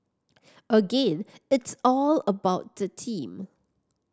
again it's all about the team